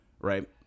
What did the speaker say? right